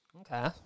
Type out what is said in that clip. Okay